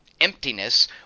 emptiness